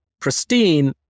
pristine